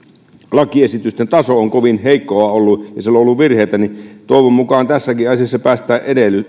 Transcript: lakiesitysten taso on kovin heikkoa ollut ja siellä on ollut virheitä toivon mukaan tässäkin asiassa päästään